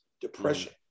depression